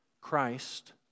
Christ